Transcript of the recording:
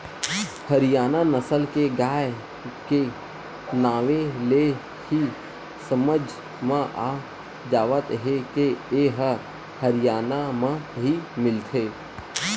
हरियाना नसल के गाय के नांवे ले ही समझ म आ जावत हे के ए ह हरयाना म ही मिलथे